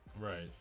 Right